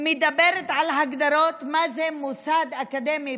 מדברת על הגדרות: מה זה מוסד אקדמי